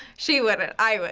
she wouldn't. i